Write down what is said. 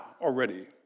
already